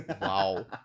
Wow